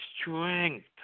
strength